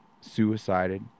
suicided